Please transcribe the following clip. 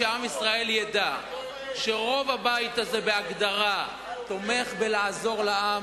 שעם ישראל ידע שרוב הבית הזה בהגדרה תומך בלעזור לעם,